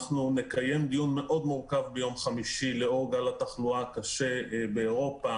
אנחנו נקיים דיון מורכב מאוד ביום חמישי לאור גל התחלואה הקשה באירופה.